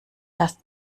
erst